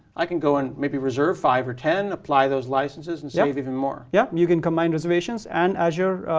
i can go and maybe reserve five or ten apply those licenses and save even more. yeah. you can combine reservations and azure